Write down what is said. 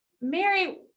Mary